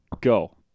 Go